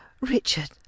Richard